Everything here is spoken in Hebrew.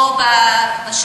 או על שיש,